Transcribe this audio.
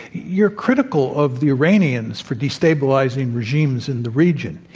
you're critical of the iranians for destabilizing regimes in the region.